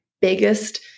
biggest